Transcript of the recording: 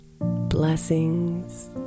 Blessings